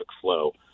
flow